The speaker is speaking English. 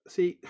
See